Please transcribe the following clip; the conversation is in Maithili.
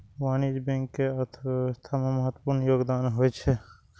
वाणिज्यिक बैंक के अर्थव्यवस्था मे महत्वपूर्ण योगदान होइ छै